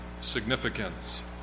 significance